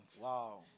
Wow